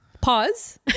pause